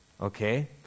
okay